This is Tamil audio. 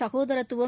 சகோதரத்துவம்